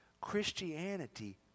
Christianity